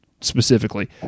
specifically